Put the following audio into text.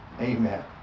Amen